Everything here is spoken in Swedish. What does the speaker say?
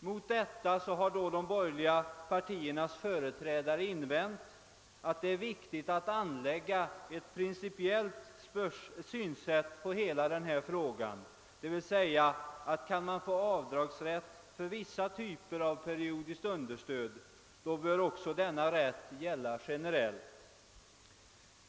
Mot detta har de borgerliga partiernas företrädare då invänt att det är viktigt att anlägga ett principiellt synsätt på hela denna fråga; d. v. s. att skall vissa typer av periodiskt understöd medges avdragsrätt så bör denna gälla generellt.